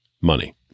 money